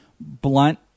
Blunt